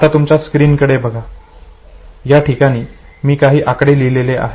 आता तुमच्या स्क्रीन कडे बघा या ठिकाणी मी काही आकडे लिहिलेले आहेत